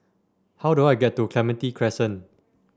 how do I get to Clementi Crescent